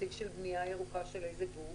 נציג של בנייה ירוקה של איזה גוף?